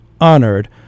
honored